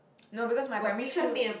no because my primary school